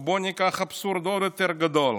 בואו ניקח אבסורד עוד יותר גדול: